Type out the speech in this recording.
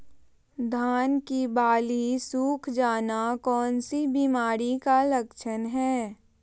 धान की बाली सुख जाना कौन सी बीमारी का लक्षण है?